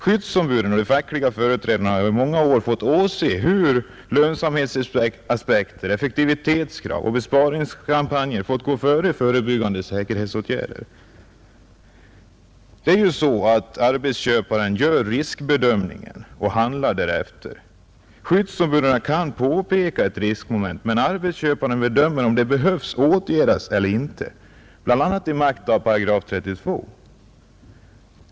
Skyddsombuden och de fackliga företrädarna har i många år fått åse hur lönsamhetsaspekter, effektivitetskrav och besparingskampanjer gått före säkerhetsåtgärder. Arbetsköparen gör ju riskbedömningen och handlar därefter. Skyddsombuden kan påpeka ett riskmoment, men arbetsköparen bedömer om det behöver åtgärdas eller inte, bl.a. i makt av paragraf 32.